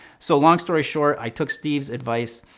so, long story short, i took steve's advice.